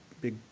big